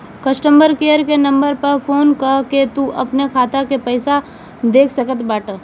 customer care के number पअ phone कअ के तू अपनी खाता के पईसा देख सकत बटअ